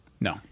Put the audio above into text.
No